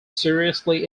seriously